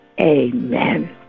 Amen